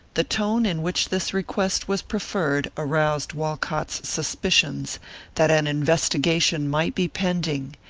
the tone in which this request was preferred aroused walcott's suspicions that an investigation might be pending,